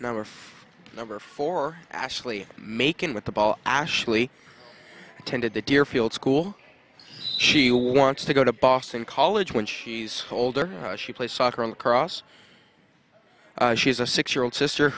for number four actually making with the ball ashley attended the deerfield school she wants to go to boston college when she's older she plays soccer on the cross she's a six year old sister